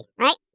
right